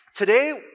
Today